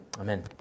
Amen